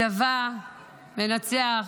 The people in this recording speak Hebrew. הצבא מנצח